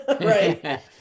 right